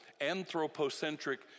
anthropocentric